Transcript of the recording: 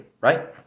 right